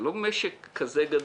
זה לא משק כזה גדול,